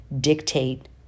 dictate